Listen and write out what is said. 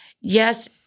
yes